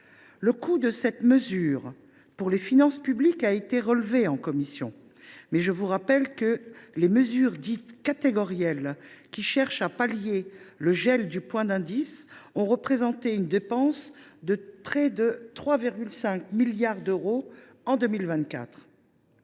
Le coût de cette mesure pour les finances publiques a été relevé en commission, mais je rappelle que les mesures dites catégorielles, qui cherchent à pallier le gel du point d’indice, ont représenté une dépense de près de 3,5 milliards d’euros en 2024.